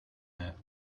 that